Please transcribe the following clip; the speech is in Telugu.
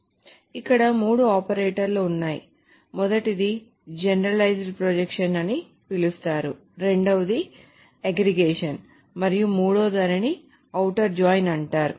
కాబట్టి ఇక్కడ మూడు ఆపరేటర్లు ఉన్నాయి మొదటది జనరలైజ్డ్ ప్రొజెక్షన్ అని పిలుస్తారు రెండవది అగ్రిగేషన్ మరియు మూడవదానిని ఔటర్ జాయిన్ అంటారు